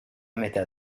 metà